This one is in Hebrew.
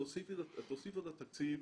תוסיפו לתקציב